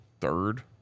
third